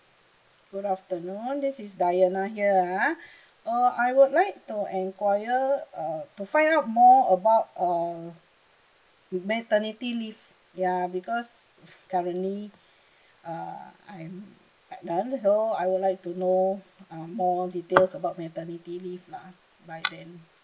good afternoon this is diana here ah err I would like to enquire uh to find out more about uh ma~ maternity leave ya because currently uh I'm pregnant so I would like to know uh more details about maternity leave lah by then